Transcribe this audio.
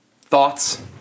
Thoughts